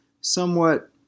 somewhat